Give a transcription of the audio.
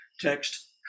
text